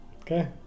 Okay